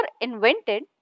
invented